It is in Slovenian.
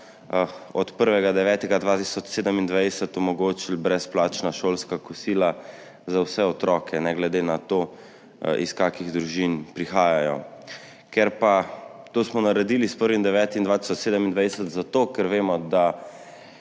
od 1. 9. 2027 omogočili brezplačna šolska kosila za vse otroke, ne glede na to, iz kakšnih družin prihajajo. To smo naredili s 1. 9. 2027 zato, ker vemo, da